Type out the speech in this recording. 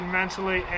mentally